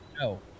no